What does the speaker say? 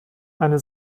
eine